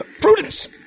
prudence